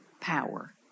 power